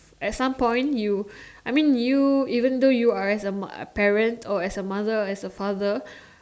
at some point you I mean you even though you're as a mo~ parents or as a mother or as a father